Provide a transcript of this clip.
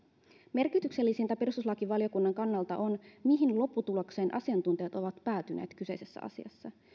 merkityksellisintä perustuslakivaliokunnan kannalta on mihin lopputulokseen asiantuntijat ovat päätyneet kyseisessä asiassa